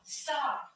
stop